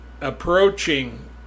approaching